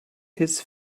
his